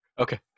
Okay